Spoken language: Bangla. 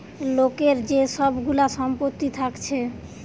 লোকের যে সব গুলা সম্পত্তি থাকছে